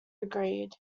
agreed